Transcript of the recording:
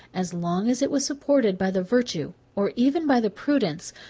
as long as it was supported by the virtue, or even by the prudence,